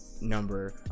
number